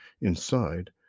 Inside